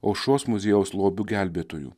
aušros muziejaus lobių gelbėtojų